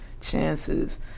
chances